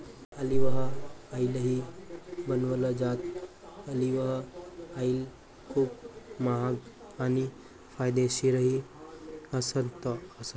olive ऑईलही बनवलं जातं, ऑलिव्ह ऑईल खूप महाग आणि फायदेशीरही असतं